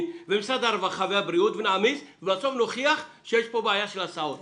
ומשרד הרווחה והבריאות ובסוף נוכיח שיש כאן בעיה של הסעות.